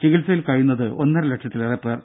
ചികിത്സയിൽ കഴിയുന്നത് ഒന്നരലക്ഷത്തിലേറെ പേർ